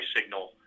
signal